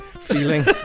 feeling